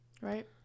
Right